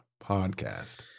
podcast